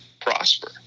prosper